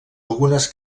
algunes